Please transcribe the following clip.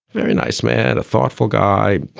very nice man, a thoughtful guy,